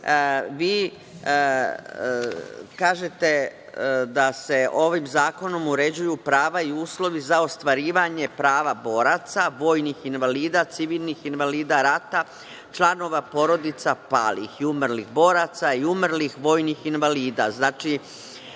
vi kažete da se ovim zakonom uređuju prava i uslovi za ostvarivanje prava boraca, vojnih invalida, civilnih invalida rata, članova porodica palih i umrlih boraca, i umrlih vojnih invalida. Znači,